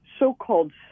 So-called